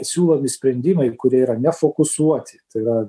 siūlomi sprendimai kurie yra nefokusuoti tai yra